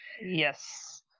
Yes